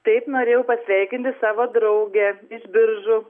taip norėjau pasveikinti savo draugę iš biržų